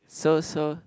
so so